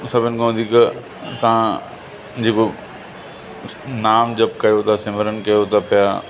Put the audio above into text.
सभिनि खां वधीक तव्हां जेको नाम जपु कयो था सिमरन कयो था पिया